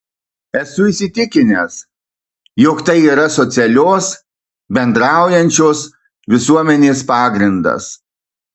esu įsitikinęs jog tai yra socialios bendraujančios visuomenės pagrindas